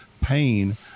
pain